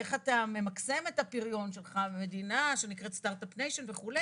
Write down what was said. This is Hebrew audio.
איך אתה ממקסם את הפריון שלך במדינה שנקראת startup nation וכו',